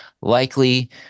likely